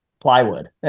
plywood